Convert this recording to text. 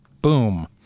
Boom